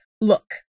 look